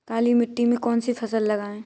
काली मिट्टी में कौन सी फसल लगाएँ?